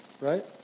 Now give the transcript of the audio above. Right